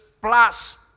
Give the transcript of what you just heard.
plus